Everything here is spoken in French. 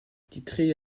titré